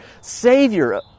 Savior